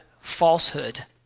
falsehood